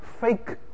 fake